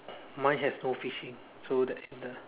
mine has no fishing so that is the